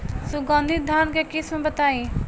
सुगंधित धान के किस्म बताई?